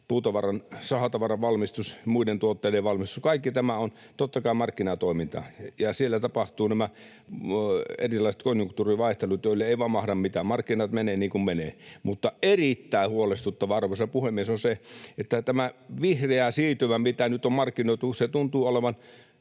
puutavaran, sahatavaran valmistus, muiden tuotteiden valmistus, kaikki tämä — on totta kai markkinatoimintaa, ja siellä tapahtuu näitä erilaisia konjunktuurivaihteluita, joille ei vain mahda mitään. Markkinat menevät niin kuin menevät. Mutta erittäin huolestuttavaa, arvoisa puhemies, on se, että tämä vihreä siirtymä, mitä nyt on markkinoitu, tuntuu olevan